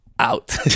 Out